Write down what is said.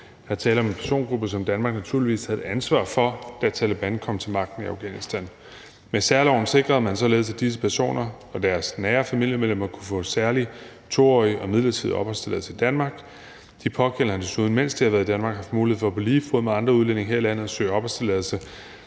er tale om en persongruppe, som Danmark naturligvis havde et ansvar for, da Taleban kom til magten i Afghanistan. Med særloven sikrede man således, at disse personer og deres nære familiemedlemmer kunne få en særlig 2-årig midlertidig opholdstilladelse i Danmark. De pågældende har desuden, mens de har været i Danmark, haft mulighed for selv på lige fod med andre udlændinge her i landet at søge opholdstilladelse